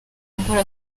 gukora